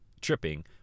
tripping